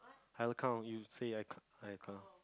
I'll count you say I I count